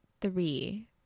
three